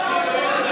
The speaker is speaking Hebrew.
התשע"ג 2013, נתקבלה.